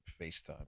FaceTime